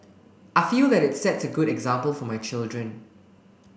I feel that it sets a good example for my children